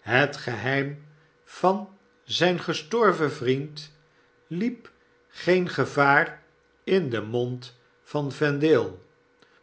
het geheim van zyn gestorven vriend liep geen gevaar in den mond van vendale j